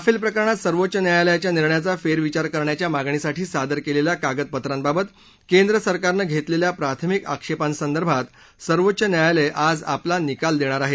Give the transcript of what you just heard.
Rafale प्रकरणात सर्वोच्च न्यायालयाच्या निर्णयाचा फेर विचार करण्याच्या मागणीसाठी सादर केलेल्या कागदपत्रांबाबत केंद्रसरकारनं घेतलेल्या प्राथमिक आक्षेपांसदर्भात सर्वोच्च न्यायालय आज आपला निकाल देणार आहे